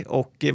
och